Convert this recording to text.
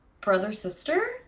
brother-sister